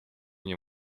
nie